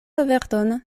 averton